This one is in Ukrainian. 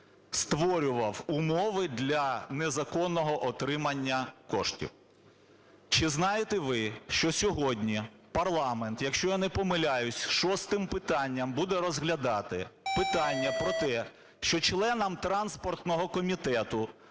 створював умови для незаконного отримання коштів. Чи знаєте ви, що сьогодні парламент, якщо я не помиляюсь, шостим питанням буде розглядати питання про те, що членам транспортного комітету